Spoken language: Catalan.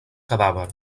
cadàver